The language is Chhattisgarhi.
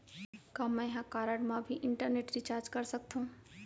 का मैं ह कारड मा भी इंटरनेट रिचार्ज कर सकथो